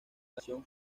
canción